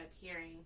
hearing